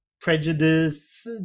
prejudice